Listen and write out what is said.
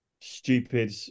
stupid